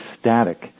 static